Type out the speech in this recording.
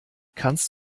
kannst